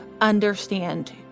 understand